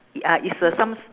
ya it's uh some~